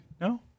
No